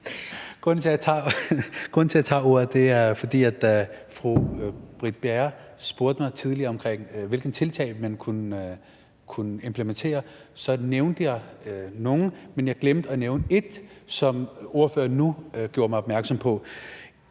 til, at jeg tager ordet, er, at fru Britt Bager tidligere spurgte mig om, hvilke tiltag man kunne implementere. Jeg nævnte nogle, men jeg glemte at nævne et, som ordføreren nu gjorde mig opmærksom.